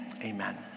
Amen